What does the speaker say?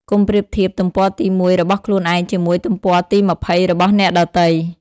កុំប្រៀបធៀប "ទំព័រទី ១" របស់ខ្លួនឯង ជាមួយ "ទំព័រទី ២០" របស់អ្នកដទៃ។